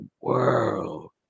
world